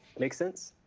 make sense?